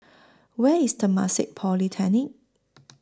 Where IS Temasek Polytechnic